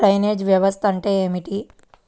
Drainage వ్యవస్థ అంటే ఏమిటి?